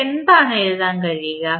നമുക്ക് എന്താണ് എഴുതാൻ കഴിയുക